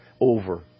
over